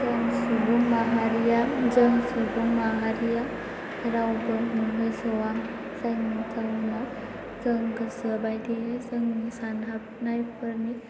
जों सुबुं माहारिया जों सुबुं माहारिया रावबो मोनहैस'आ जायनि जाउनाव जों गोसो बायदि जोंनि सानहाबनायफोरनि